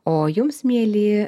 o jums mieli